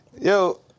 yo